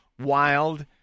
wild